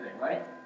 right